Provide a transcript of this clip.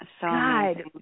God